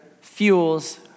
fuels